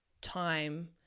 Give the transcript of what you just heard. time